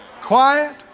Quiet